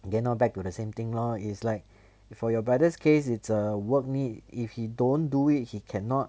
again lor back to the same thing lor is like for your brother's case it's a work need if he don't do it he cannot